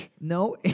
No